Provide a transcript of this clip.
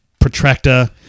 protractor